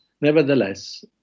nevertheless